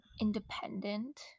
independent